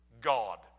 God